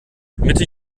mitte